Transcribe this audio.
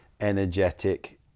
energetic